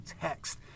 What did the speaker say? text